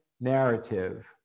narrative